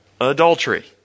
adultery